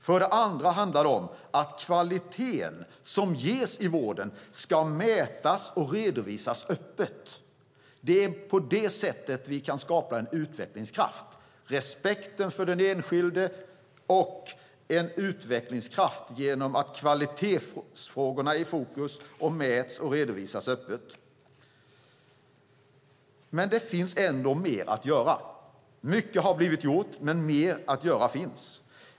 För det andra handlar det om att kvaliteten som ges i vården ska mätas och redovisas öppet. Det är på det sättet vi kan skapa en utvecklingskraft - genom respekten för den enskilde och genom att ha en utvecklingskraft i och med att kvalitetsfrågorna står i fokus och mäts och redovisas öppet. Men det finns mer att göra. Mycket har blivit gjort, men det finns mer att göra.